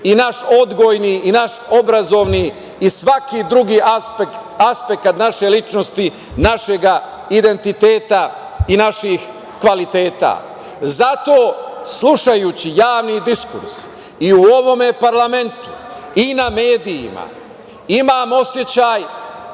i naš odgojni i naš obrazovni i svaki drugi aspekt, aspekt naše ličnosti, našeg identiteta i naših kvaliteta. Zato, slušajući javni diskus, i u ovom parlamentu i na medijima, imam osećaj,